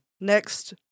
next